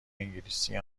انگلیسی